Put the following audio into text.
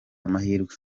amahirwe